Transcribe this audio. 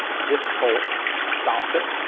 this bolt stops it,